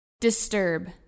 disturb